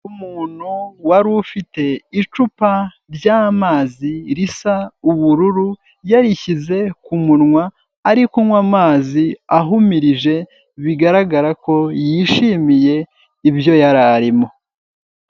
Umuntu wari ufite icupa ry'amazi risa ubururu, yarishyize ku munwa ari kunywa amazi ahumirije, bigaragara ko yishimiye ibyo yari arimo.